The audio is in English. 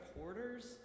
Hoarders